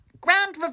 grand